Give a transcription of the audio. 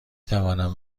توانم